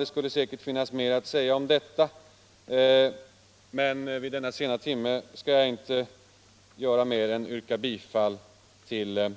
Det skulle säkert finnas mera att säga om detta, men vid denna sena timme skall jag inte göra mer än yrka bifall till